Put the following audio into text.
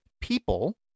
people